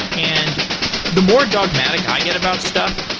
and the more dogmatic i get about stuff,